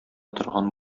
торган